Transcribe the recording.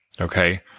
Okay